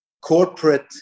corporate